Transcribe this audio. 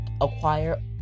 acquire